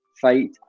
fight